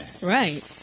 Right